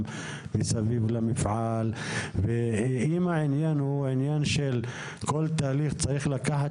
מסביב למפעל ואם העניין הוא עניין של כל תהליך צריך לקחת